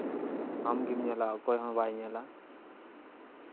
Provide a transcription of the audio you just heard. ᱟᱢᱜᱮᱢ ᱧᱮᱞᱟ ᱚᱠᱚᱭ ᱦᱚᱸ ᱵᱟᱭ ᱧᱮᱞᱟ